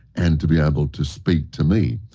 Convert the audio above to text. and to be able to speak to me.